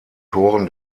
toren